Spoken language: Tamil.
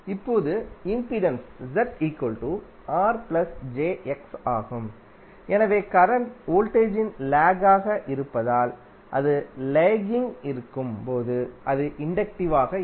இப்போது இம்பிடன்ஸ் ஆகும் எனவே கரண்ட் வோல்டேஜின் லேக்காக இருப்பதால் அது லேக்கிங்காக இருக்கும் போது அது இன்டக்டிவ் ஆக இருக்கும்